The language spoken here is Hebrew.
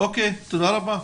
תודה רבה.